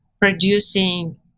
producing